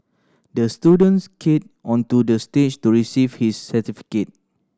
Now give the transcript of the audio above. the student skated onto the stage to receive his certificate